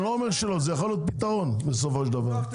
זה יכול להיות פתרון בסופו של דבר.